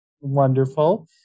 wonderful